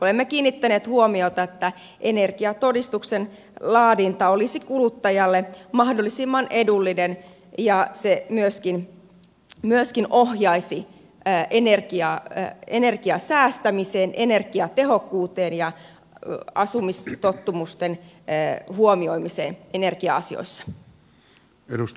olemme kiinnittäneet huomiota siihen että energiatodistuksen laadinta olisi kuluttajalle mahdollisimman edullinen ja se myöskin ohjaisi energian säästämiseen energiatehokkuuteen ja asumistottumusten huomioimiseen energia asioissa